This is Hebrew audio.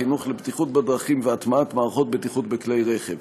החינוך לבטיחות בדרכים והטמעת מערכות בטיחות בכלי הרכב.